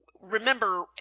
remember